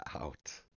out